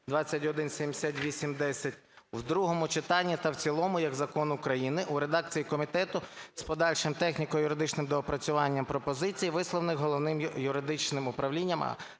2178-10) в другому читанні та в цілому як Закон України в редакції комітету з подальшим техніко-юридичним доопрацюванням пропозицій, висловлених Головним юридичним управлінням